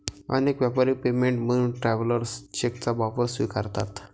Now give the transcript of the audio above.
अनेक व्यापारी पेमेंट म्हणून ट्रॅव्हलर्स चेकचा वापर स्वीकारतात